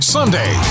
Sunday